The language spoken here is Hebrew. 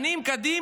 שנים אחורה.